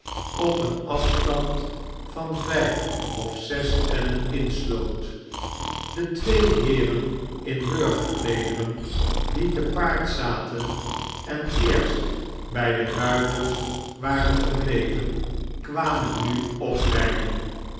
op den afstand van vijf of zes ellen insloot de twee heeren in burgerkleederen die te paard zaten en eerst bij de ruiters waren gebleven kwamen nu oprijden